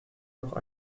noch